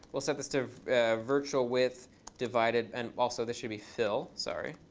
we'll set this to virtual width divided and also, this should be fill. sorry.